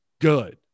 good